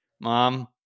Mom